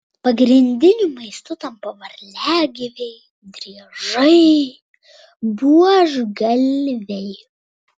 pagrindiniu maistu tampa varliagyviai driežai buožgalviai